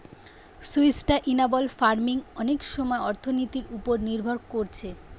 sustainable farming অনেক সময় অর্থনীতির উপর নির্ভর কোরছে